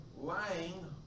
lying